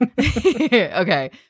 Okay